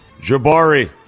jabari